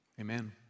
Amen